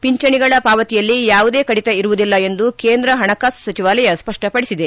ಪಿಂಚಣಿಗಳ ಪಾವತಿಯಲ್ಲಿ ಯಾವುದೇ ಕಡಿತ ಇರುವುದಿಲ್ಲ ಎಂದು ಕೇಂದ್ರ ಹಣಕಾಸು ಸಚಿವಾಲಯ ಸ್ಪಷ್ಟ ಪಡಿಸಿದೆ